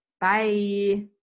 Bye